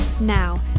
Now